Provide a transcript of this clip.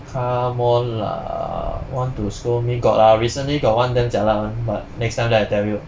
come on lah want to scold me got lah recently got one damn jialat one but next time then I tell you